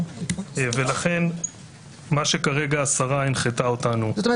ולכן מה שכרגע השרה הנחתה אותנו --- זאת אומרת,